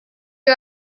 you